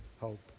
hope